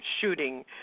shooting